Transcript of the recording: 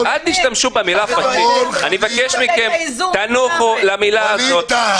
אני מבקש מכם, תניחו למילה הזאת.